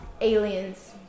Aliens